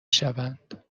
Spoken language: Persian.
شوند